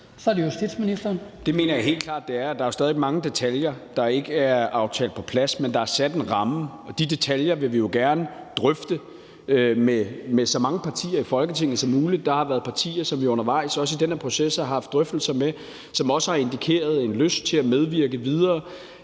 Kl. 17:38 Justitsministeren (Peter Hummelgaard): Det mener jeg helt klart det er. Der er jo stadig væk mange detaljer, der ikke er aftalt på plads, men der er sat en ramme. Og de detaljer vil vi gerne drøfte med så mange partier i Folketinget som muligt. Der har været partier, som vi undervejs, også i den her proces, har haft drøftelser med, og som også har indikeret en lyst til at medvirke videre